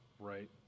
right